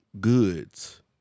goods